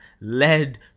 led